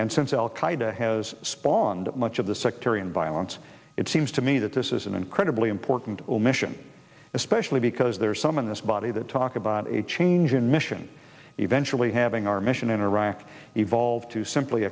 and since al qaeda has spawned much of the sectarian by well it's it seems to me that this is an incredibly important omission especially because there are some in this body that talk about a change in mission eventually having our mission in iraq evolve to simply